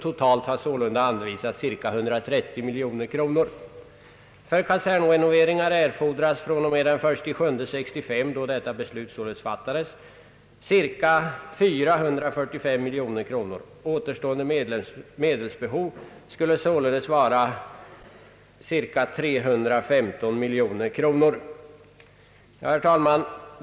Totalt har sålunda anvisats cirka 130 miljoner kronor. För renovering av kaserner erfordras från och med den 1 juli 1965, då detta beslut fattades, cirka 445 miljoner kronor. Återstående medelsbehov skulle alltså vara omkring 315 miljoner kronor. Herr talman!